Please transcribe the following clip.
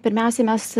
pirmiausiai mes